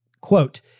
quote